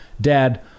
dad